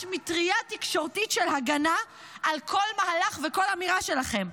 מטרייה תקשורתית של הגנה על כל מהלך וכל אמירה שלכם.